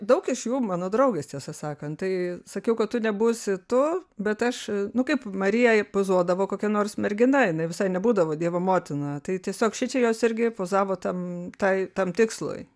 daug iš jų mano draugės tiesą sakant tai sakiau kad tu nebūsi tu bet aš nu kaip marijai pozuodavo kokia nors mergina jinai visai nebūdavo dievo motina tai tiesiog šičia jos irgi pozavo tam tai tam tikslui